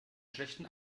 schlechten